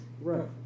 Right